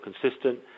consistent